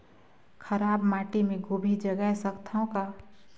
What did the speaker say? खराब माटी मे गोभी जगाय सकथव का?